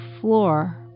floor